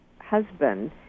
husband